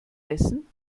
essen